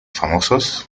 famosos